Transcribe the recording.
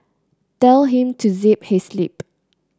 tell him to zip his lip